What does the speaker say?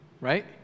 right